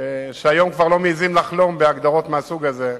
היום כבר לא מעזים לחלום בהגדרות מהסוג הזה,